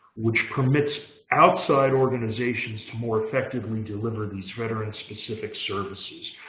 which permits outside organizations to more effectively deliver these veteran-specific services.